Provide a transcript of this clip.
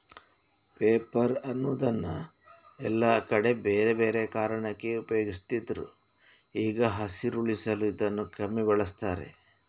paper ಅನ್ನುದನ್ನ ಎಲ್ಲಾ ಕಡೆ ಬೇರೆ ಬೇರೆ ಕಾರಣಕ್ಕೆ ಉಪಯೋಗಿಸ್ತಿದ್ರು ಈಗ ಹಸಿರುಳಿಸಲು ಇದನ್ನ ಕಮ್ಮಿ ಬಳಸ್ತಾರೆ